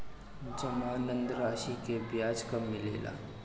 जमानद राशी के ब्याज कब मिले ला?